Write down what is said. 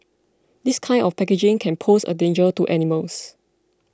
this kind of packaging can pose a danger to animals